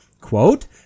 Quote